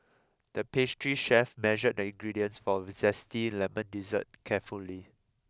the pastry chef measured the ingredients for a Zesty Lemon Dessert carefully